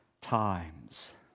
times